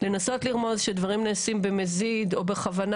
לנסות לרמוז שדברים נעשים במזיד או בכוונה